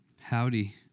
Howdy